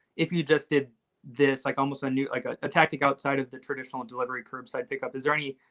if you just did this, like almost a new like ah a tactic outside of the traditional and delivery curb side pick-up. is there any,